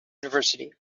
university